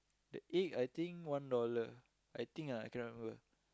the egg I think one dollar I think ah I cannot remember